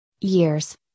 years